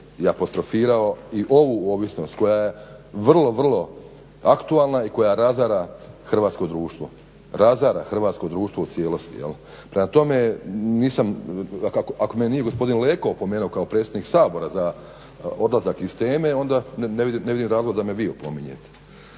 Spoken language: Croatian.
i apostrofirao i ovu ovisnost koja je vrlo, vrlo aktualna i koja razara Hrvatsko društvo, razara hrvatsko društvo u cijelosti. Prema tome, nisam ako me nije gospodin Leko opomenuo kao predsjednik Sabora za odlazak iz teme onda ne vidim razloga da me vi opominjete.